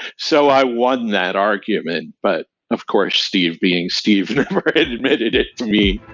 so i won that argument, but of course steve being steve never admitted admitted it to me.